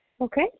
okay